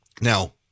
Now